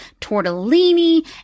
tortellini